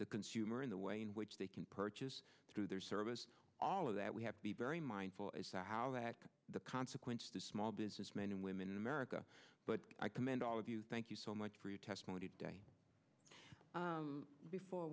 the consumer in the way in which they can purchase through their service all of that we have to be very mindful as to how they act the consequence the small business men and women in america but i commend all of you thank you so much for your testimony today before